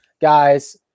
guys